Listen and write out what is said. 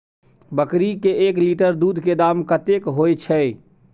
बकरी के एक लीटर दूध के दाम कतेक होय छै?